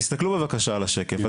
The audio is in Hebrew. תסתכלו בבקשה על השקף,